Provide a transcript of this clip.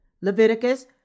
Leviticus